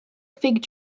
fig